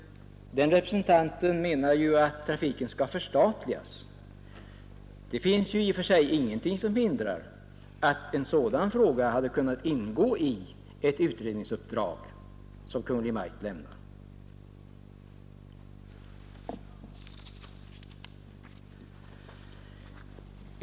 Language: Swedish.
Vpk-representanten menar ju att trafiken skall förstatligas. Det finns i och för sig ingenting som hindrar att en sådan fråga hade kunnat ingå i ett utredningsuppdrag som Kungl. Maj:t lämnar.